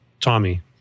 Tommy